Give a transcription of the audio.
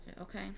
okay